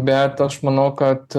bet aš manau kad